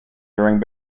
during